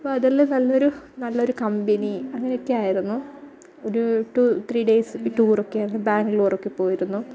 അപ്പോൾ അതെല്ലാം നല്ല ഒരു നല്ല ഒരു കമ്പനി അങ്ങനെ ഒക്കെ ആയിരുന്നു ഒരു റ്റു ത്രീ ഡേയ്സ് ഈ ടൂറൊക്കെയായിരുന്നു ബാംഗ്ലൂറൊക്കെ പോയിരുന്നു